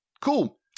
Cool